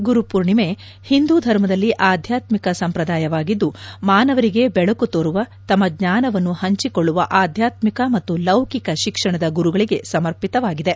ಗುರು ಪೂರ್ಣೆಮೆ ಹಿಂದೂಧರ್ಮದಲ್ಲಿ ಆಧ್ಯಾತ್ಮಿಕ ಸಂಪ್ರದಾಯವಾಗಿದ್ದು ಮಾನವರಿಗೆ ಬೆಳಕು ತೋರುವ ತಮ್ಮ ಜ್ಞಾನವನ್ನು ಹಂಚಿಕೊಳ್ಳುವ ಆಧ್ಯಾತ್ಮಿಕ ಮತ್ತು ಲೌಕಿಕ ಶಿಕ್ಷಣದ ಗುರುಗಳಿಗೆ ಸಮರ್ಪಿತವಾಗಿದೆ